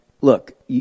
look